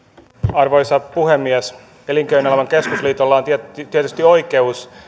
arvoisa puhemies elinkeinoelämän keskusliitolla on tietysti tietysti oikeus